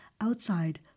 Outside